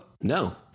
No